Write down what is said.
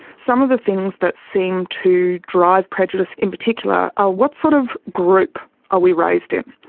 some of the things that seem to drive prejudice in particular are what sort of group are we raised in.